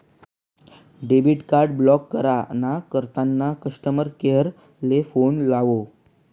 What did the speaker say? debit card block करा ना करता कस्टमर केअर ले फोन लावो